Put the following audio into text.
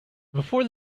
before